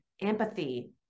empathy